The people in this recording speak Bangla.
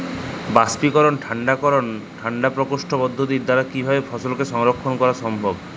বাষ্পীকরন ঠান্ডা করণ ঠান্ডা প্রকোষ্ঠ পদ্ধতির দ্বারা কিভাবে ফসলকে সংরক্ষণ করা সম্ভব?